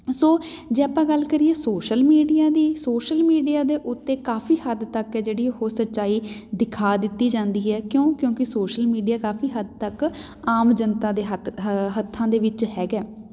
ਸੋ ਜੇ ਆਪਾਂ ਗੱਲ ਕਰੀਏ ਸੋਸ਼ਲ ਮੀਡੀਆ ਦੀ ਸੋਸ਼ਲ ਮੀਡੀਆ ਦੇ ਉੱਤੇ ਕਾਫੀ ਹੱਦ ਤੱਕ ਆ ਜਿਹੜੀ ਉਹ ਸੱਚਾਈ ਦਿਖਾ ਦਿੱਤੀ ਜਾਂਦੀ ਹੈ ਕਿਉਂ ਕਿਉਂਕਿ ਸੋਸ਼ਲ ਮੀਡੀਆ ਕਾਫੀ ਹੱਦ ਤੱਕ ਆਮ ਜਨਤਾ ਦੇ ਹੱਥਾਂ ਦੇ ਵਿੱਚ ਹੈਗਾ